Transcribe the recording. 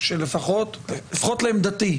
שלפחות לעמדתי,